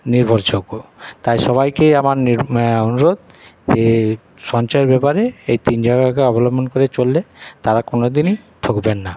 নির্ভরযোগ্য তাই সবাইকে আমার নি অনুরোধ যে সঞ্চয়ের ব্যাপারে এই তিন জায়গাকে অবলম্বন করে চললে তারা কোনো দিনই ঠকবেন না